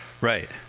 Right